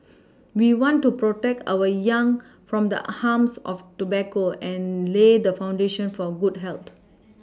we want to protect our young from the harms of tobacco and lay the foundation for good health